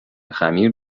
خمیر